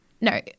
No